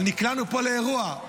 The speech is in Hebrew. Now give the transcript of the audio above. אבל נקלענו פה לאירוע.